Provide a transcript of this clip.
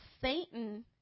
Satan